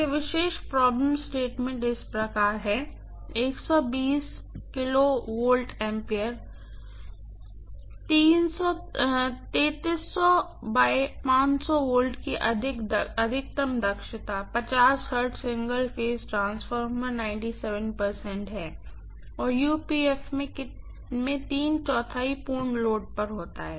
तो यह विशेष प्रॉब्लम स्टेटमेंट इस प्रकार है kVA V की अधिकतम दक्षता हर्ट्ज सिंगल फेज ट्रांसफार्मर है और UPF में तीन चौथाई पूर्ण लोड पर होता है